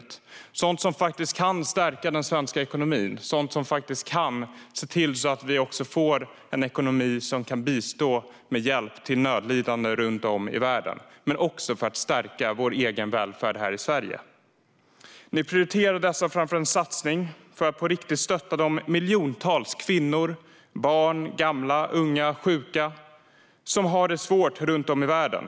Det är sådant som faktiskt kan stärka den svenska ekonomin och kan se till att vi får en ekonomi som kan bistå med hjälp till nödlidande runt om i världen. Den skulle också kunna stärka välfärden här i Sverige. Regeringen prioriterar dessa framför en satsning för att på riktigt stötta de miljontals kvinnor, barn, gamla, unga och sjuka som har det svårt runt om i världen.